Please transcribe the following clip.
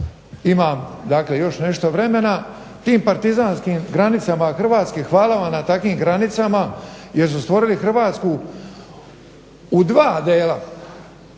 Imam još nešto vremena, tim partizanskim granicama Hrvatske, hvala vam na takvim granicama jer su stvorili Hrvatsku u dva dela.